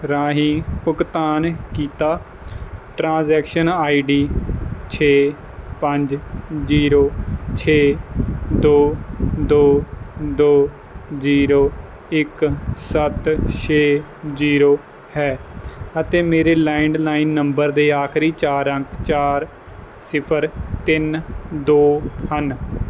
ਰਾਹੀਂ ਭੁਗਤਾਨ ਕੀਤਾ ਟ੍ਰਾਂਜੈਕਸ਼ਨ ਆਈ ਡੀ ਛੇ ਪੰਜ ਜ਼ੀਰੋ ਛੇ ਦੋ ਦੋ ਦੋ ਜ਼ੀਰੋ ਇੱਕ ਸੱਤ ਛੇ ਜ਼ੀਰੋ ਹੈ ਅਤੇ ਮੇਰੇ ਲੈਂਡਲਾਈਨ ਨੰਬਰ ਦੇ ਆਖਰੀ ਚਾਰ ਅੰਕ ਚਾਰ ਸਿਫ਼ਰ ਤਿੰਨ ਦੋ ਹਨ